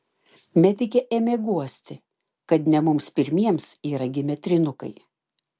medikė ėmė guosti kad ne mums pirmiems yra gimę trynukai